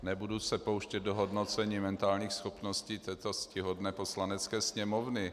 Nebudu se pouštět do hodnocení mentálních schopností této ctihodné Poslanecké sněmovny.